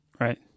Right